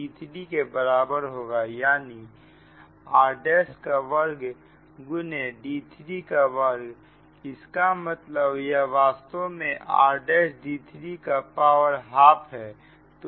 daa' d3 के बराबर होगा यानि r' का वर्ग गुने d3 का वर्ग इसका मतलब यह वास्तव में r'd3 का पावर हाफ हैं